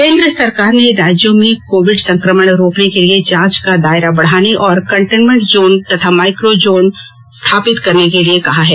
केंद्र सरकार ने राज्यों में कोविड संक्रमण रोकने के लिए जांच का दायरा बढाने और कंटेनमेंट जोन तथा माइक्रो कंटेनमेंट जोन स्थापित करने के लिए कहा है